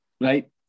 Right